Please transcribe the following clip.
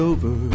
Over